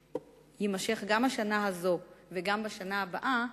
שיימשך גם השנה הזו וגם בשנה הבאה,